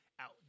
out